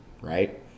right